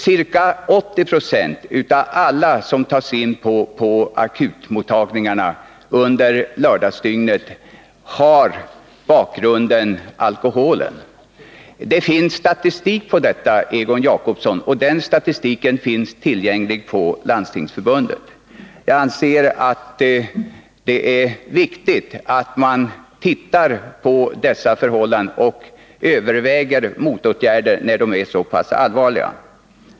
Ca 80 90 av alla som tas in på akutmottagningarna under lördagsdygnet har som bakgrund alkoholen. Det finns statistik på detta, Egon Jacobsson, och den statistiken finns tillgänglig på Landstingsförbundet. Jag anser att det är viktigt att man tittar på dessa förhållanden och överväger motåtgärder när de är så pass allvarliga.